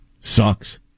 Sucks